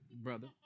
Brother